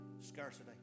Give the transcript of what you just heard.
Scarcity